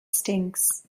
stinks